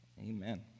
Amen